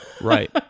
Right